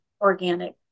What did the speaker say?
organic